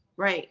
right